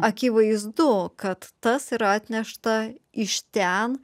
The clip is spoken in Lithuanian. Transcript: akivaizdu kad tas yra atnešta iš ten